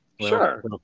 sure